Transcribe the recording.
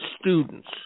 students